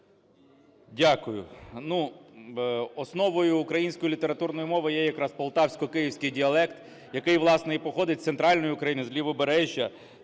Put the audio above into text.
Дякую. Ну, основою української літературної мови є якраз полтавсько-київський діалект, який, власне, і походить з Центральної України, з Лівобережжя.